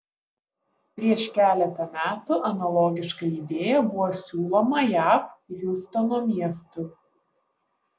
prieš keletą metų analogiška idėja buvo siūloma jav hjustono miestui